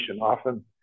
Often